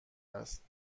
است